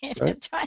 Right